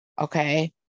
Okay